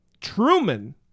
Truman